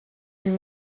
and